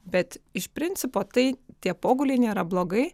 bet iš principo tai tie poguliai nėra blogai